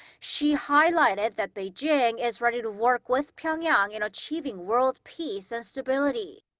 xi highlighted that beijing is ready to work with pyeongyang in achieving world peace and stability.